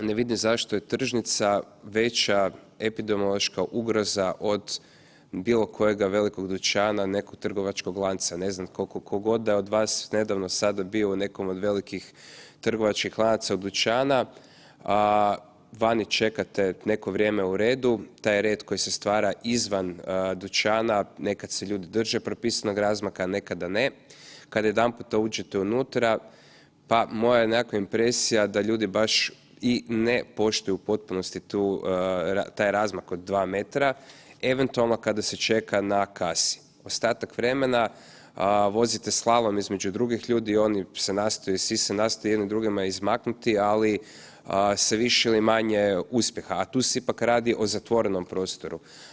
Ne vidim zašto je tržnica veća epidemiološka ugroza od bilo kojega velikog dućana, nekog trgovačkog lanca, ne znam kolko ko god da je od vas nedavno sada bio u nekom od velikih trgovačkih lanaca u dućana, a vani čekate neko vrijeme u redu, taj red koji se stvara izvan dućana, nekad se ljudi drže propisanog razmaka, nekada ne, kad jedanputa uđete unutra, pa moja je nekakva impresija da ljudi baš i ne poštuju u potpunosti taj razmak od 2m, eventualno kada se čeka na kasi, ostatak vremena vozite slalom između drugih ljudi i oni se nastoje, svi se nastoje jedni drugima izmaknuti, ali sa više ili manje uspjeha, a tu se ipak radi o zatvorenom prostoru.